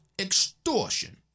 extortion